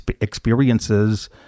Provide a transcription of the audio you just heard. experiences